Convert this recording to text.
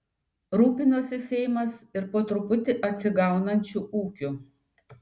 rūpinosi seimas ir po truputį atsigaunančiu ūkiu